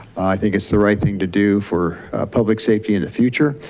think it's the right thing to do for public safety in the future.